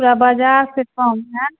पूरा बजारसँ कम हैत